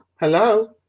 hello